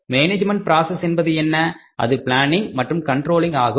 management process என்பது என்ன அது பிளானிங் மற்றும் கண்ட்ரோலிங் ஆகும்